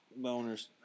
Boners